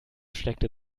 steckte